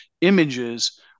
images